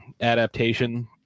adaptation